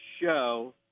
show